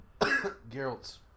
Geralt's